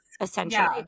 essentially